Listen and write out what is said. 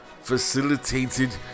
facilitated